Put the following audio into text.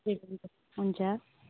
त्यतिले हुन्छ